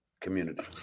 community